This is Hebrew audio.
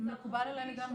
מקובל עליי לגמרי.